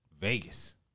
Vegas